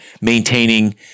maintaining